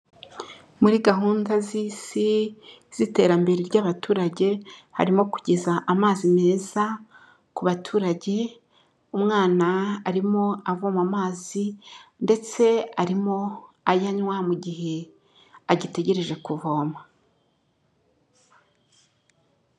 Muri gahunda z'Isi z'iterambere ry'abaturage harimo kugeza amazi meza ku baturage, umwana arimo avoma amazi ndetse arimo ayanywa mu gihe agitegereje kuvoma.